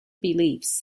beliefs